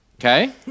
Okay